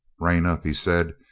rein up, he said,